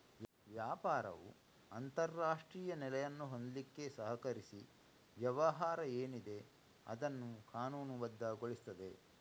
ವ್ಯಾಪಾರವು ಅಂತಾರಾಷ್ಟ್ರೀಯ ನೆಲೆಯನ್ನು ಹೊಂದ್ಲಿಕ್ಕೆ ಸಹಕರಿಸಿ ವ್ಯವಹಾರ ಏನಿದೆ ಅದನ್ನ ಕಾನೂನುಬದ್ಧಗೊಳಿಸ್ತದೆ